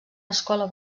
escola